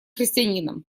христианином